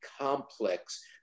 complex